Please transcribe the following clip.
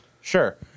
Sure